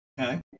Okay